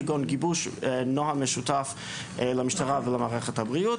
כגון גיבוש נוהל משותף למשטרה ולמערכת הבריאות